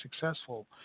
successful